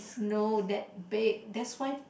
no that big that's why